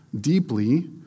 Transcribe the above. deeply